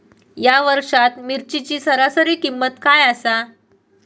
या वर्षात मिरचीची सरासरी किंमत काय आसा?